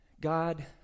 God